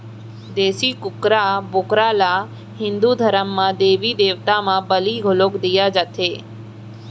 देसी कुकरा, बोकरा ल हिंदू धरम म देबी देवता म बली घलौ दिये जाथे